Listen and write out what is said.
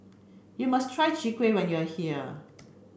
you must try Chwee Kueh when you are here